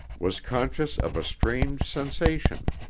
was conscious of a strange sensation.